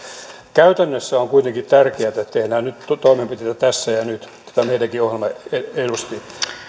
käytännössä on kuitenkin tärkeätä että tehdään toimenpiteitä tässä ja nyt mitä meidänkin ohjelmamme edusti